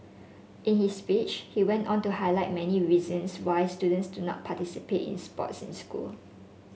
in his speech he went on to highlight many reasons why students do not participate in sports in school